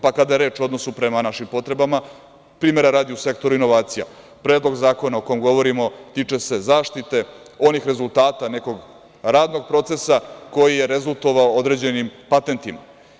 Kada je reč o odnosu prema našim potrebama, primera radi u sektoru inovacija, predlog zakona o kom govorimo tiče se zaštite onih rezultata nekog radnog procesa koji je rezultovao određenim patentima.